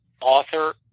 author